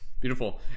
beautiful